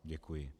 Děkuji.